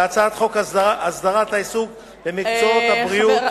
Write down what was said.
בהצעת חוק הסדרת העיסוק במקצועות הבריאות (תיקון)